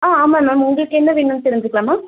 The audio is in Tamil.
ஆ ஆமாம் மேம் உங்களுக்கு என்ன வேணும்னு தெரிஞ்சுக்கலாமா